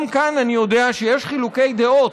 גם כאן אני יודע שיש חילוקי דעות,